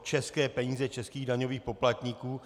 České peníze českých daňových poplatníků.